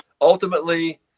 ultimately